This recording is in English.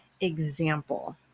example